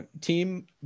team